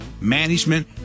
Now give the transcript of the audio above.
management